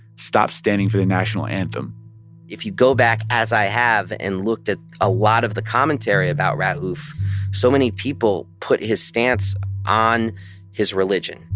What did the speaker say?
stopped standing for the national anthem if you go back, as i have, and looked at a lot of the commentary about rauf, so many people put his stance on his religion.